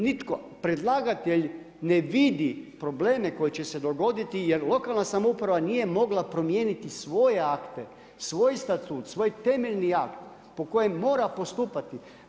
Nitko ne predlagatelj, ne vidi probleme koji će se dogoditi, jer lokalan samouprava nije mogla promijeniti svoje akte, svoj statut, svoj temeljni akt, po kojemu mora postupati.